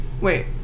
Wait